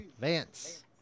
Vance